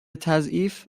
تعضیف